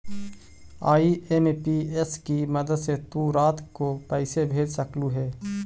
IMPS की मदद से तु रात को पैसे भेज सकलू हे